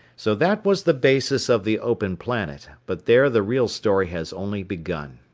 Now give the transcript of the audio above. so that was the basis of the open planet, but there the real story has only begun.